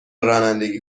رانندگی